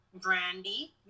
Brandy